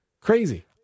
Crazy